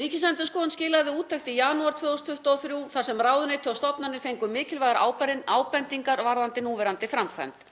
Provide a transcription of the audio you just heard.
Ríkisendurskoðun skilaði úttekt í janúar 2023 þar sem ráðuneyti og stofnanir fengu mikilvægar ábendingar varðandi núverandi framkvæmd.